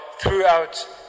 throughout